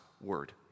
Word